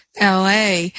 LA